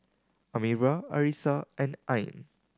Amirah Arissa and Ain